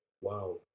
wow